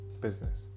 business